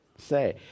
say